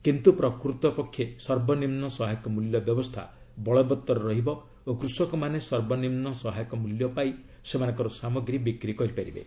କିନ୍ତୁ ପ୍ରକୃତପକ୍ଷେ ସର୍ବନିମ୍ନ ସହାୟକ ମୂଲ୍ୟ ବ୍ୟବସ୍ଥା ବଳବତ୍ତର ରହିବ ଓ କୃଷକମାନେ ସର୍ବନିମ୍ନ ସହାୟକ ମୂଲ୍ୟ ପାଇ ସେମାନଙ୍କର ସାମଗ୍ରୀ ବିକ୍ରି କରିବେ